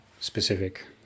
specific